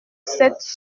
cette